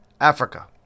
Africa